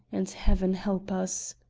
and heaven help us!